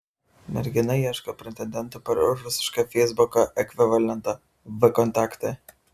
mergina ieško pretendentų per rusišką feisbuko ekvivalentą vkontakte